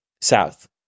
south